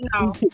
no